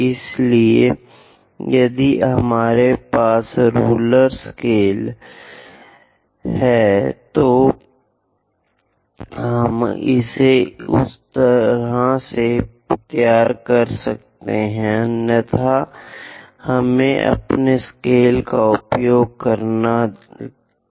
इसलिए यदि हमारे पास रूलर स्केल है तो हम इसे उस तरह से तैयार कर सकते हैं अन्यथा हमें अपने स्केल का उपयोग करने दें